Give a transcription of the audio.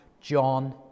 John